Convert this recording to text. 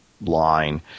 line